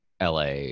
la